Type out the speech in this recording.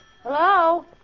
Hello